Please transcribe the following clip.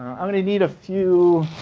i'm going to need a few